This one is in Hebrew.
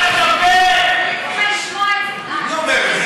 או, מי אומר את זה, אייכלר?